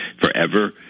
forever